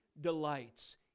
delights